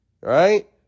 right